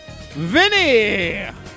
Vinny